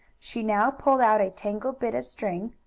she now pulled out a tangled bit of string,